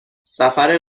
سفر